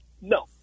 No